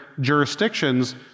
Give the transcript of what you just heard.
jurisdictions